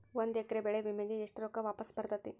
ಒಂದು ಎಕರೆ ಬೆಳೆ ವಿಮೆಗೆ ಎಷ್ಟ ರೊಕ್ಕ ವಾಪಸ್ ಬರತೇತಿ?